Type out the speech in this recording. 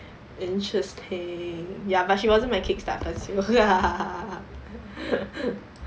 interesting ya but she wasn't my kick starter so